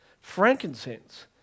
Frankincense